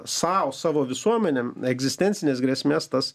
sau savo visuomenėm egzistencinės grėsmės tas